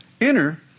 Enter